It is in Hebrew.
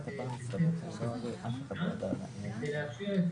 ב-31 בדצמבר 2021. אנחנו רוצים לאפשר את